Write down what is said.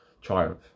triumph